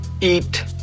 Eat